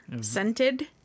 Scented